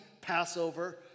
Passover